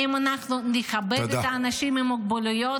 האם אנחנו נכבד את האנשים עם המוגבלויות?